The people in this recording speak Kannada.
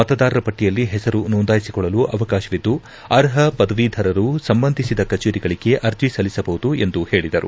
ಮತದಾರರ ಪಟ್ಟಿಯಲ್ಲಿ ಹೆಸರು ನೋಂದಾಯಿಸಿಕೊಳ್ಳಲು ಕಾಲಾವಕಾಶವಿದ್ದು ಅರ್ಪ ಪದವೀಧರರು ಸಂಬಂಧಿಸಿದ ಕಭೇರಿಗಳಿಗೆ ಅರ್ಜಿ ಸಲ್ಲಿಸಬಹುದು ಎಂದು ಹೇಳಿದರು